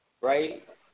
right